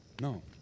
No